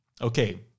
Okay